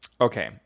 Okay